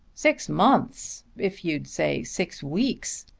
six months! if you'd say six weeks.